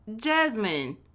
Jasmine